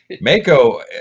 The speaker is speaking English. Mako